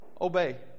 Obey